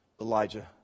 elijah